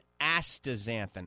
astaxanthin